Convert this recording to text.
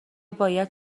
باید